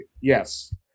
Yes